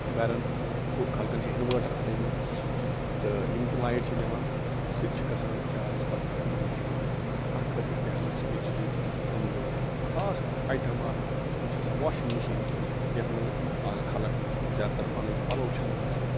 گَرن منٛز خُ خلقن چھِ اِنوٲٹر تھٔیمِتۍ تہٕ یِم تہِ لایٹ چھِ دِوان سُہ تہِ چھُ گَژھان چارٕج کَتھ پٮ۪ٹھ بَجلی پٮ۪ٹھے اَتھ خٲطرٕ تہِ ہَسا چھِ بِجلی اہم ضرورت خاص ایٹم اَکھ یُس ہَسا واشِنگ مِشین چھِ یَتھ منٛز اَز خلق زیادٕ تر پننٕۍ پَلو چھَلان چھِ